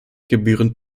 gebührend